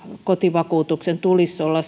kotivakuutuksen tulisi olla